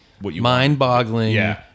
mind-boggling